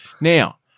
Now